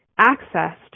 accessed